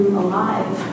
alive